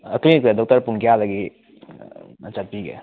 ꯀ꯭ꯂꯤꯅꯤꯛꯇ doctor ꯄꯨꯡ ꯀꯌꯥꯗꯒꯤ ꯆꯠꯄꯤꯒꯦ